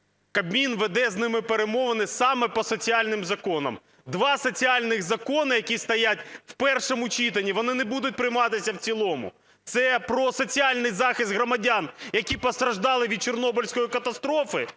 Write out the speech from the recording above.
Кабмін веде з ними перемовини саме по соціальним законам. Два соціальних закони, які стоять в першому читанні, вони не будуть прийматися в цілому. Це про соціальний захист громадян, які постраждали від Чорнобильської катастрофи,